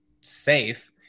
safe